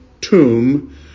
tomb